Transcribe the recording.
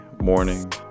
morning